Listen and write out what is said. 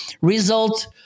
result